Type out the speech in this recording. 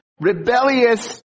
rebellious